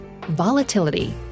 Volatility